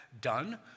done